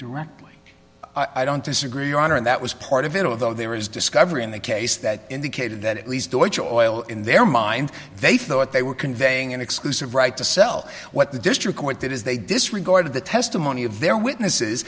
directly i don't disagree your honor and that was part of it although there is discovery in the case that indicated that at least the oil in their mind they thought they were conveying an exclusive right to sell what the district court did is they disregarded the testimony of their witnesses